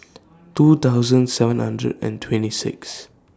two thousand seven hundred and twenty six